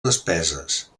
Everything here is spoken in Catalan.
despeses